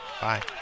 Bye